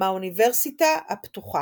מהאוניברסיטה הפתוחה.